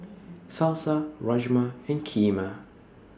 Salsa Rajma and Kheema